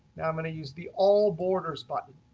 now, i'm going to use the all borders button.